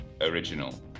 original